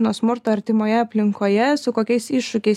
nuo smurto artimoje aplinkoje su kokiais iššūkiais